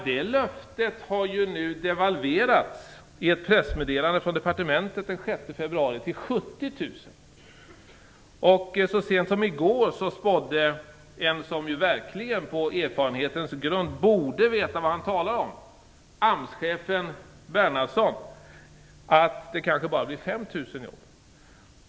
Det löftet har ju nu devalverats i ett pressmeddelande från departementet den 6 februari till 70 000. I går spådde en som verkligen på erfarenhetens grund borde veta vad han talar om, AMS chefen Bernhardsson, att det kanske bara blir 5 000 i år.